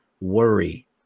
worry